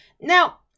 Now